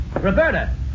Roberta